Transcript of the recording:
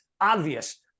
obvious